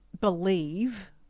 believe